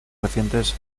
recientes